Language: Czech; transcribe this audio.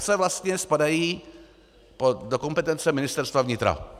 Obce vlastně spadají do kompetence Ministerstva vnitra.